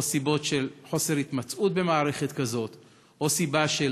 או סיבות של חוסר התמצאות במערכת כזאת או סיבה של